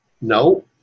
no